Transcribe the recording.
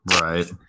right